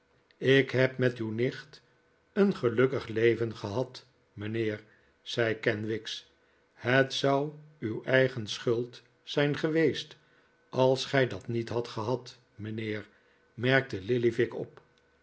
ik heb met uw nicht een gelukkig leven gehad mijnheer zei kenwigs het zou uw eigen schuld zijn geweest als gij dat niet hadt gehad mijnheer merkte lillyvick op